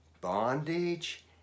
bondage